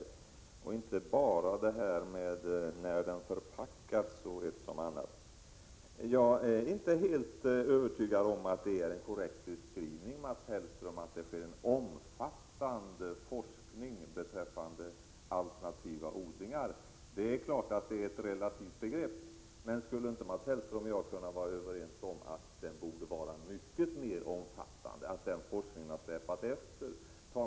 Det skall inte bara finnas uppgifter om när frukten förpackats etc. Jag är inte helt övertygad, Mats Hellström, att det är en korrekt beskrivning att säga att det sker en omfattande forskning beträffande alternativa odlingar. Det är klart att det är ett relativt begrepp. Men skulle inte Mats Hellström och jag kunna vara överens om att forskningen borde kunna vara mycket mer omfattande — för det har varit en eftersläpning i detta sammanhang.